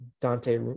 Dante